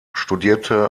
studierte